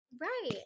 Right